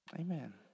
Amen